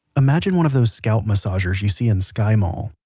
imagine one of those scalp massagers you see in skymall.